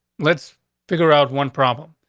let's figure out one problem.